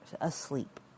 asleep